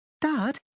Dad